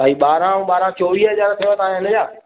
भाई ॿारहं अऊं ॿारहं चोवीह हजार थियव तां या हिन या